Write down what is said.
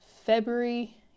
February